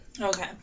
Okay